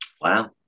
Wow